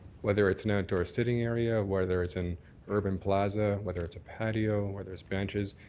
whether it's an outdoor sitting area, whether it's an urban plaza, whether it's a patio, whether it's benches.